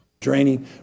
Draining